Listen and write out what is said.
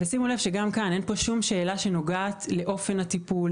שימו לב שגם כאן אין אף שאלה שנוגעת לאופן הטיפול,